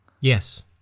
Yes